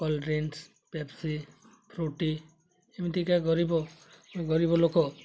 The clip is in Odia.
କୋଲ୍ଡ ଡ୍ରିଙ୍କ୍ସ୍ ପେପ୍ସି ଫ୍ରୁଟି ଏମିତିକା ଗରିବ ଗରିବ ଲୋକ